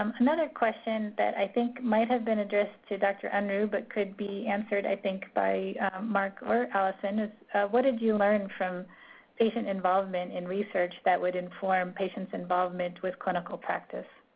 um another question that i think might have been addressed to dr. unruh, but could be answered, i think by mark or allison, is what did you learn from patient involvement in research that would inform patient involvement with clinical practice?